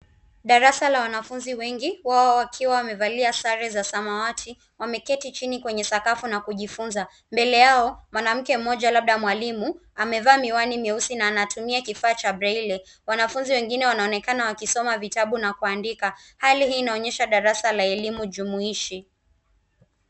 Darasa la wanafunzi wengi wao wakiwa wamevalia sare za samawati, wameketi chini kwenye sakafu na kujifunza. Mbele yao, mwanamke mmoja labda mwalimu amevaa miwani mweusi na anatumia kifaa cha breile. Wanafunzi wengine wanaonekana wakisoma vitabu na kuandika. Hali hii inaonyesha darasa la elimu jumuishi.